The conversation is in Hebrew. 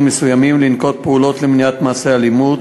מסוימים לנקוט פעולות למניעת מעשי אלימות,